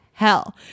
hell